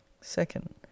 Second